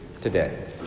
today